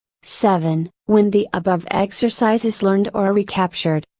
seven when the above exercise is learned or recaptured,